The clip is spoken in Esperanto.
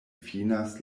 finas